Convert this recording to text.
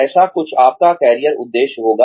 ऐसा कुछ आपका कैरियर उद्देश्य होगा